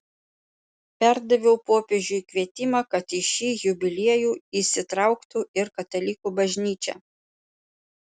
perdaviau popiežiui kvietimą kad į šį jubiliejų įsitrauktų ir katalikų bažnyčia